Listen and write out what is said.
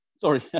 Sorry